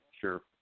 sure